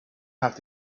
have